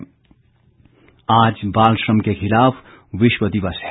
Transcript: बाल श्रम आज बाल श्रम के खिलाफ विश्व दिवस है